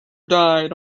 died